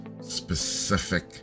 specific